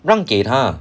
让给她